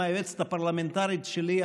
עם היועצת הפרלמנטרית שלי,